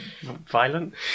violent